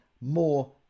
more